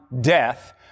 death